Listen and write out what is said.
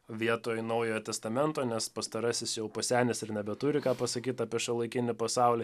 vietoj naujojo testamento nes pastarasis jau pasenęs ir nebeturi ką pasakyt apie šiuolaikinį pasaulį